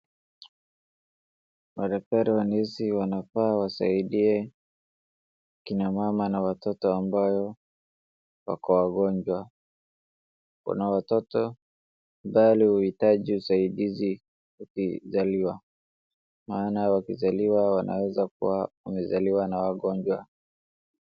Madaktari wa nesi wanafaa wasaidie akina mama na watoto ambao wako wagonjwa. Kuna watoto mbali huhitaji usaidizi kuzaliwa maana wakizaliwa wanaweza kuwa wamezaliwa na wagonjwa.